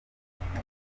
umufasha